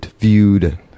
viewed